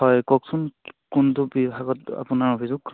হয় কওকচোন কোনটো বিভাগত আপোনাৰ অভিযোগ